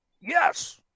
Yes